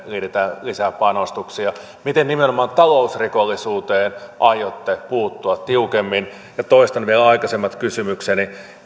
liitetään lisää panostuksia miten nimenomaan talousrikollisuuteen aiotte puuttua tiukemmin toistan vielä aikaisemmat kysymykseni